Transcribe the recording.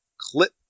clip